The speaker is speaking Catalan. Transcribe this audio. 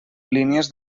línies